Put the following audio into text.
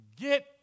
get